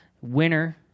winner